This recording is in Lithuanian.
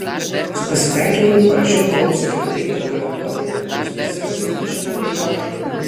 su pasitenkinimu parašiau holmsui kaip greit ir garantuotai aš prisikasiau prie šito reikalo šaknų